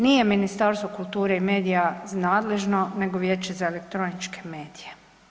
Nije Ministarstvo kulture i medija nadležno nego Vijeće za elektroničke medije.